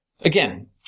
Again